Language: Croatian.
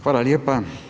Hvala lijepa.